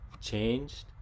changed